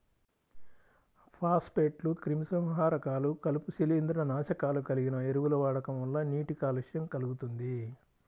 ఫాస్ఫేట్లు, క్రిమిసంహారకాలు, కలుపు, శిలీంద్రనాశకాలు కలిగిన ఎరువుల వాడకం వల్ల నీటి కాలుష్యం కల్గుతుంది